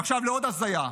עכשיו לעוד הזיה: